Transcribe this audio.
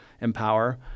Empower